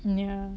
yeah